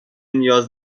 نیاز